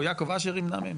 פה יעקב אשר ימנע מהם?